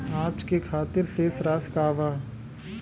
आज के खातिर शेष राशि का बा?